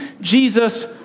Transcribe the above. Jesus